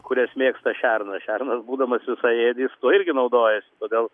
kurias mėgsta šernas šernas būdamas visaėdis tuo irgi naudojasi todėl